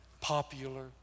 Popular